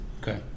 Okay